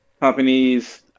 Companies